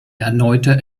erneute